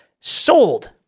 sold